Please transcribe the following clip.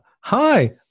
Hi